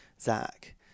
zach